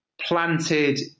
planted